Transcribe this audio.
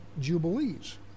Jubilees